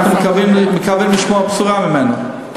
אנחנו מקווים לשמוע בשורה ממנו.